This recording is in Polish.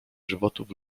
żywotów